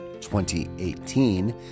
2018